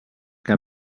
que